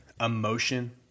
emotion